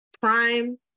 Prime